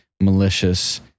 malicious